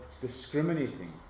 discriminating